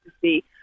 see